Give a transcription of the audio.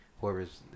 whoever's